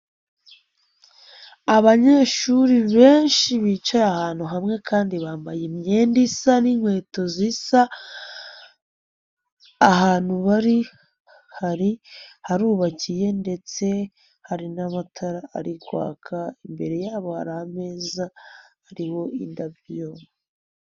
Abanyeshuri benshi bicaye ahantu hamwe kandi bambaye imyenda isa n'inkweto zisa, ahantu bari harubakiye ndetse hari n'abatara ari kwaka, imbere yabo hari ameza ariho indabyo.